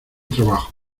trabajo